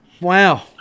Wow